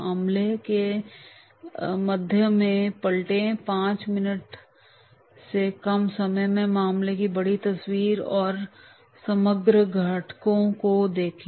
मामले के माध्यम से पलटें पाँच मिनट से कम समय में मामले की बड़ी तस्वीर और समग्र घटकों को देखें